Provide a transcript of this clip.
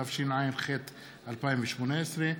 התשע"ח 2018,